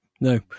no